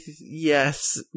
Yes